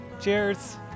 Cheers